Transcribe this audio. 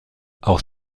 auch